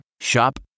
Shop